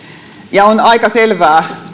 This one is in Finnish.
ja on aika selvää